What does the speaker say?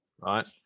right